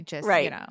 Right